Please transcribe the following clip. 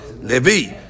Levi